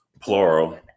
plural